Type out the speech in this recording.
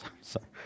sorry